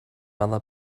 other